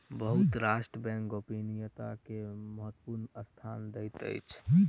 बहुत राष्ट्र बैंक गोपनीयता के महत्वपूर्ण स्थान दैत अछि